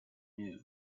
knew